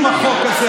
ולסיכום החוק הזה,